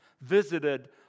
visited